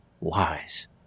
wise